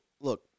look